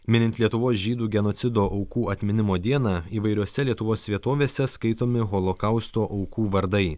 minint lietuvos žydų genocido aukų atminimo dieną įvairiose lietuvos vietovėse skaitomi holokausto aukų vardai